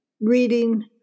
reading